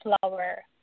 flower